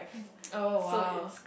oh !wow!